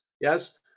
Yes